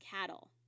cattle